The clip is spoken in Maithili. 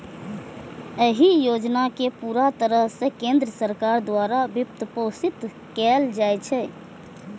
एहि योजना कें पूरा तरह सं केंद्र सरकार द्वारा वित्तपोषित कैल जाइ छै